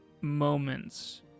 moments